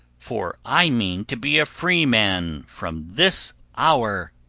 for i mean to be a free man from this hour.